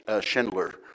Schindler